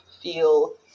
feel